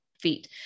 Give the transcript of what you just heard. feet